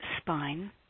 spine